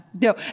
No